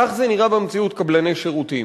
כך זה נראה במציאות, קבלני שירותים.